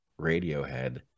radiohead